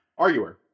arguer